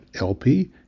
LP